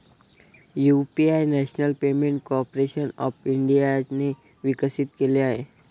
UPI national payment corporation of इंडियाने विकसित केले आहे